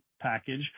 package